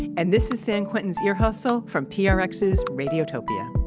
and this is san quentin's ear hustle from prx's radiotopia.